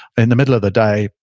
in the middle of the day,